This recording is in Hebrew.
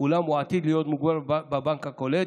אולם הוא עתיד להיות מוגבל בבנק הקולט,